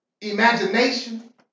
imagination